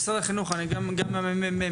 משרד החינוך וגם הממ"מ,